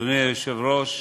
אדוני היושב-ראש,